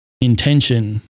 intention